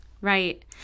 right